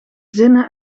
zinnen